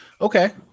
Okay